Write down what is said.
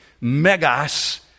Megas